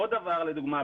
עוד דבר לדוגמה.